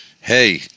hey